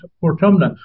Portumna